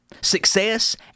Success